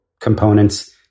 components